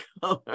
color